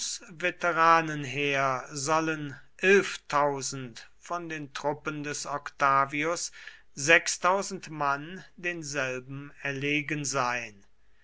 veteranenheer sollen von den truppen des octavius mann denselben erlegen sein